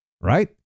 right